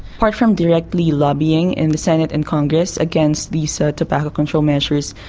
apart from directly lobbying in the senate and congress against these ah tobacco control measures,